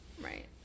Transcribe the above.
right